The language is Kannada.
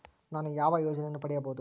ನಾನು ಯಾವ ಯೋಜನೆಯನ್ನು ಪಡೆಯಬಹುದು?